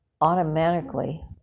automatically